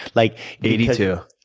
like eighty two.